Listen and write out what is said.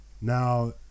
Now